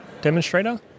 demonstrator